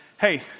hey